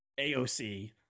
AOC